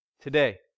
today